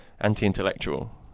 anti-intellectual